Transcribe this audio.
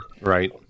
right